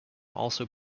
also